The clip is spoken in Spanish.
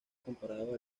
comparado